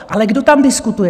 Ale kdo tam diskutuje?